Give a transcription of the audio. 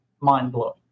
mind-blowing